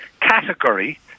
category